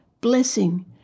blessing